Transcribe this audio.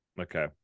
Okay